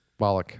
Bollock